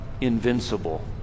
invincible